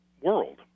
world